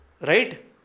Right